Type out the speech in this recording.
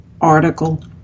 article